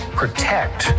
protect